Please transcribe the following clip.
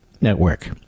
Network